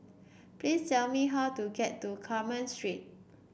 please tell me how to get to Carmen Street